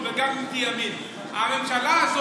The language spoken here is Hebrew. של דה-לגיטימציה לממשלה הנבחרת,